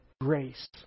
grace